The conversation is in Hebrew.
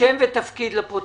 בבקשה.